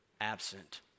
absent